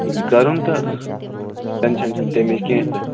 یہِ کَرُن تہٕ ٹٮ۪نشن چھَنہٕ تَمِچ کیٚنٛہہ تہِ